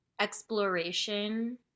exploration